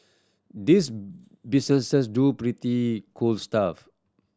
these businesses do pretty cool stuff